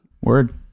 word